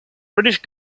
british